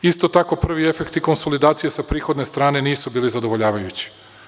Isto tako, prvi efektni konsolidacije sa prihodne strane nisu bili zadovoljavajući.